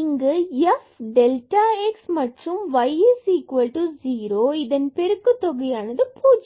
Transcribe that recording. இங்கு f delta x மற்றும் y is 0 இதன் பெருக்கு தொகையானது 0